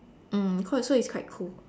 mm cause so it's quite cool